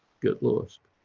get lost,